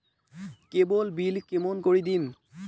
কেবল bill কেমন করি দিম?